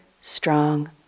strong